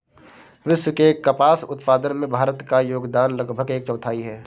विश्व के कपास उत्पादन में भारत का योगदान लगभग एक चौथाई है